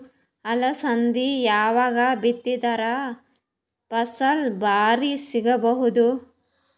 ಅಲಸಂದಿ ಯಾವಾಗ ಬಿತ್ತಿದರ ಫಸಲ ಭಾರಿ ಸಿಗಭೂದು?